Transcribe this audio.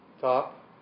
top